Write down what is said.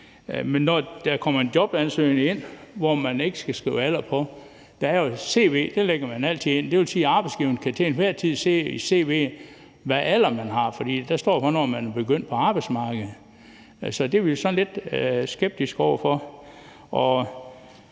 Når man sender en jobansøgning ind, som man ikke skal skrive sin alder på, så er der jo også et cv, og det lægger man altid ved. Det vil sige, at arbejdsgiveren til enhver tid kan se, hvilken alder man har, for der står, hvornår man er begyndt på arbejdsmarkedet. Så det er vi sådan lidt skeptiske over for.